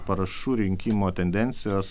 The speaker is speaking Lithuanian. parašų rinkimo tendencijos